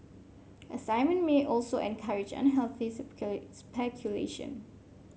assignment may also encourage unhealthy speculation